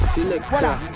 Selector